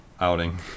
outing